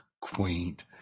quaint